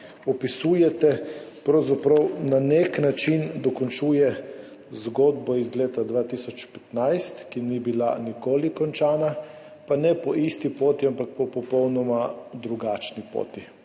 opisujete, pravzaprav dokončuje zgodbo iz leta 2015, ki ni bila nikoli končana, pa ne po isti poti, ampak po popolnoma drugačni poti.